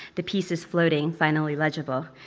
the pieces floating, finally legible.